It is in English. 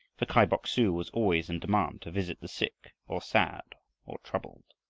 for kai bok-su was always in demand to visit the sick or sad or troubled.